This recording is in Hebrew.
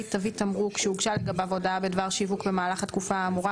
תווית תמרוק שהוגשה לגבי הודעה בדבר שיווק במהלך התקופה האמורה